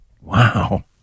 Wow